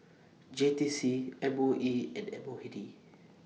J T C M O E and M O A D